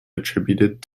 attributed